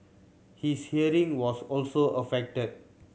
his hearing was also affected